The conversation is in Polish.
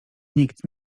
nikt